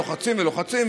לוחצים ולוחצים,